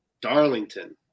darlington